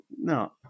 No